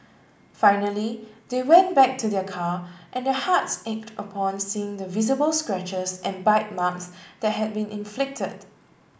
finally they went back to their car and their hearts ached upon seeing the visible scratches and bite marks that had been inflicted